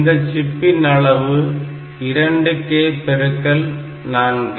இந்த சிப்பின் அளவு 2k x 4